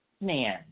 man